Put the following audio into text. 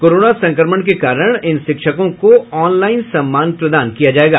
corona संक्रमण के कारण इन शिक्षकों को ऑनलाइन सम्मान प्रदान किया जायेगा